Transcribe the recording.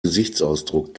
gesichtsausdruck